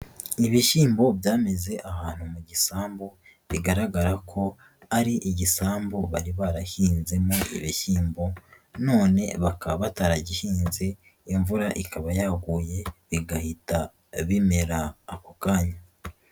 Ibishyimbo byameze abantu mu gisambu bigaragara ko ari igisambu bari barahinzemo ibishyimbo, none bakaba bataragihinze imvura ikaba yaguye bigahita bimera ako kanya.